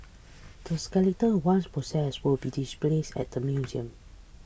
the skeleton once processed will be displayed at the museum